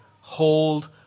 hold